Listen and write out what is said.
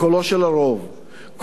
קולו הנרמס של הרוב,